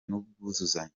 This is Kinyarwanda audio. n’ubwuzuzanye